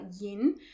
yin